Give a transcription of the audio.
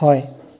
হয়